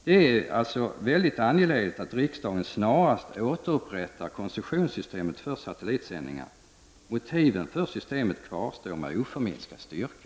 Det är alltså mycket angeläget att riksdagen snarast återupprättar koncessionssystemet för satellitsändningar. Motiven för systemet kvarstår med oförminskad styrka.